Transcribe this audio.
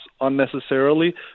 unnecessarily